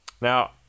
Now